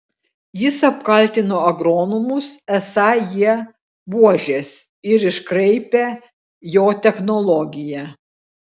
jis apkaltino agronomus esą jie buožės ir iškraipę jo technologiją